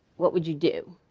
what would you do?